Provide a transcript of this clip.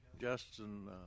Justin